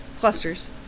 Clusters